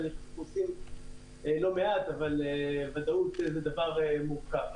ואנחנו עושים לא מעט, אבל ודאות זה דבר מורכב.